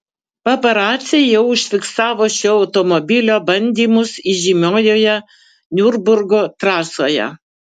paparaciai jau užfiksavo šio automobilio bandymus įžymiojoje niurburgo trasoje